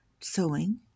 sewing